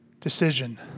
decision